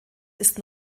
ist